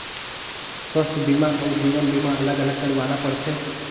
स्वास्थ बीमा अउ जीवन बीमा अलग अलग करवाना पड़थे?